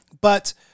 But-